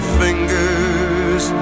fingers